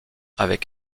avec